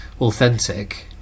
authentic